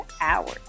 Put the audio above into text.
Hours